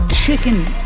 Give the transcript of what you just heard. Chicken